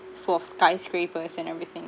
full of skyscrapers and everything